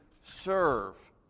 serve